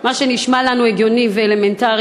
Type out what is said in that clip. מה שנשמע לנו הגיוני ואלמנטרי,